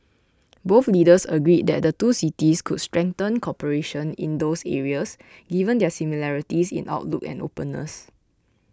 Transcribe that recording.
both leaders agreed that the two cities could strengthen cooperation in those areas given their similarities in outlook and openness